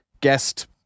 guest